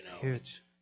Huge